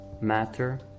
Matter